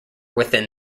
within